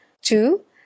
two